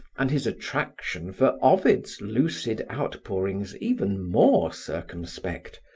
and his attraction for ovid's lucid outpourings even more circumspect,